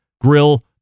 Grill